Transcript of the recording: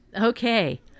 okay